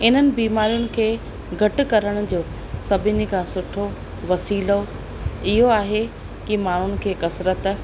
इन्हनि बीमारियुनि खे घटि करण जो सभिनी खां सुठो वसीलो इहो आहे की माण्हुनि खे कसरत